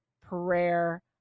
prayer